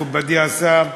מכובדי השר,